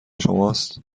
شماست